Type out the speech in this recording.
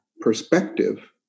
perspective